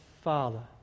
Father